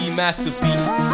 masterpiece